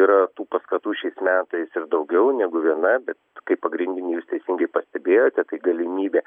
yra tų paskatų šiais metais ir daugiau negu viena bet kaip pagrindinius teisingai pastebėjote tai galimybė